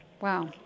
Wow